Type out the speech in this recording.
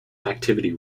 activity